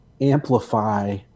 amplify